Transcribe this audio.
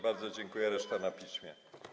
Bardzo dziękuję, ale reszta na piśmie.